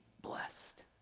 blessed